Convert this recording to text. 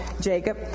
Jacob